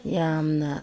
ꯌꯥꯝꯅ